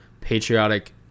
patriotic